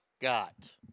got